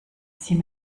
sie